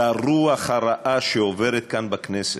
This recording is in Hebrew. לרוח הרעה שעוברת כאן בכנסת,